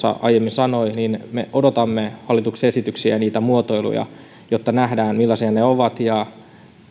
aiemmin sanoi me odotamme hallituksen esityksiä ja niitä muotoiluja jotta nähdään millaisia ne ovat ja